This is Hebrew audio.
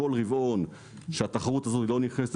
כל רבעון שהתחרות הזאת לא נכנסת,